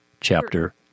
chapter